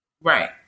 Right